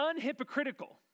unhypocritical